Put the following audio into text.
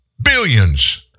billions